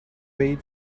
way